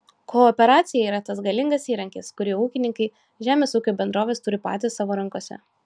kooperacija yra tas galingas įrankis kurį ūkininkai žemės ūkio bendrovės turi patys savo rankose